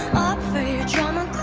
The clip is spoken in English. for your drama